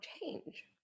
change